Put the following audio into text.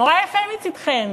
נורא יפה מצדכם,